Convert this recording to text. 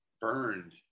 burned